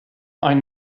ein